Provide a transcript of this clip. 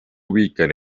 ubican